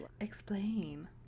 explain